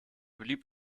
blieb